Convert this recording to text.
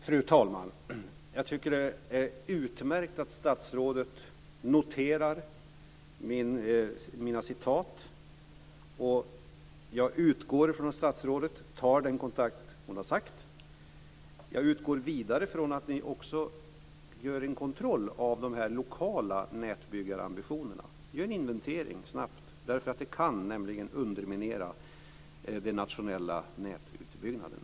Fru talman! Jag tycker att det är utmärkt att statsrådet noterar mina citat. Och jag utgår från att statsrådet tar den kontakt som hon har sagt. Jag utgår vidare från att ni också gör en kontroll av dessa lokala nätbyggarambitioner. Gör en inventering snabbt. De kan nämligen underminera de nationella nätutbyggnaderna.